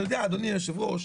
אתה יודע, אדוני יושב הראש,